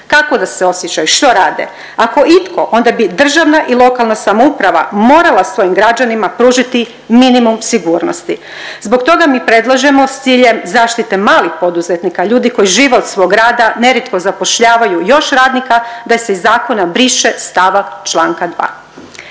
Kako da se osjećaju, što rade? Ako itko onda bi državna i lokalna samouprava morala svojim građanima pružiti minimum sigurnosti. Zbog toga mi predlažemo s ciljem zaštite malih poduzetnika ljudi koji žive od svog rada, nerijetko zapošljavaju još radnika da se zakona briše stavak Članak 2.